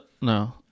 no